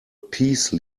peace